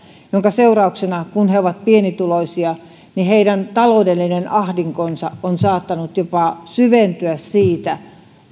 minkä seurauksena kun he ovat pienituloisia heidän taloudellinen ahdinkonsa on saattanut jopa syventyä siitä